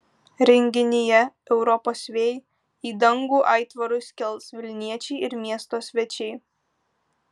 renginyje europos vėjai į dangų aitvarus kels vilniečiai ir miesto svečiai